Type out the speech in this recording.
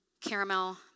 caramel